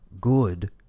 good